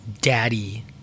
daddy